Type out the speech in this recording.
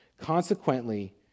Consequently